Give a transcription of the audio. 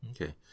Okay